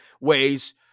ways